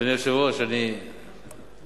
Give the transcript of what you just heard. אדוני היושב-ראש, אני